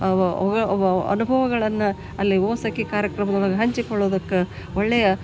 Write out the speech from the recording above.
ಅನುಭವಗಳನ್ನು ಅಲ್ಲಿ ಓ ಸಖಿ ಕಾರ್ಯಕ್ರಮದೊಳಗೆ ಹಂಚಿಕೊಳ್ಳುದುಕ್ಕೆ ಒಳ್ಳೆಯ